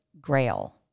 grail